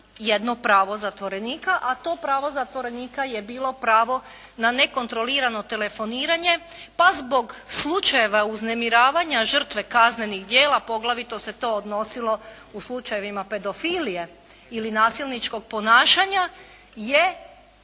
jedno pravo zatvorenika a to pravo zatvorenika je bilo pravo na nekontrolirano telefoniranje pa zbog slučajeva uznemiravanja žrtve kaznenih djela, poglavito se to odnosilo u slučajevima pedofilije ili nasilničkog ponašanja je